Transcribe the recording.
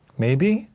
maybe?